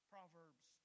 Proverbs